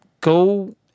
go